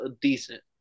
decent